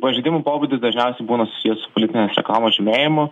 pažeidimų pobūdis dažniausiai būna susijęs politinės reiklamos žymėjimu